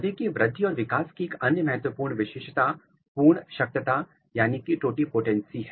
पौधे की वृद्धि और विकास की एक अन्य महत्वपूर्ण विशेषता पूर्णशक्तता टोटीपोटेंसी है